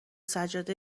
سجاده